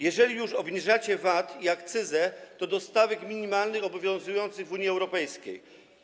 Jeżeli już obniżacie VAT i akcyzę, to do stawek minimalnych obowiązujących w Unii Europejskiej.